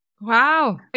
Wow